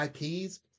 IPs